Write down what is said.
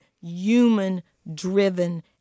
human-driven